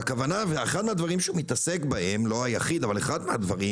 אחד מהדברים שהוא מתעסק בהם, לא היחיד, אחד מהם,